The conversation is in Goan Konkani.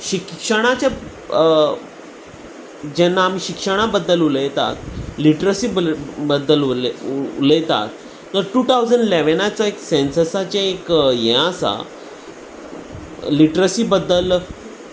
शिक्षणाचे जेन्ना आमी शिक्षणा बद्दल उलयतात लिट्रसी बद्दल उलयतात तर टू ठावजंड इलेवनाचो एक सेन्ससाचें एक हें आसा लिट्रसी बद्दल